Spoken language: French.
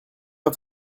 pas